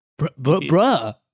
Bruh